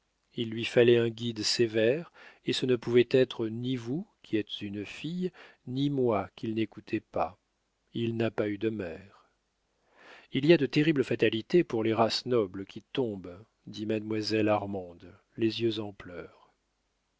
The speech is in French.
il lui fallait un guide sévère et ce ne pouvait être ni vous qui êtes une fille ni moi qu'il n'écoutait pas il n'a pas eu de mère il y a de terribles fatalités pour les races nobles qui tombent dit mademoiselle armande les yeux en pleurs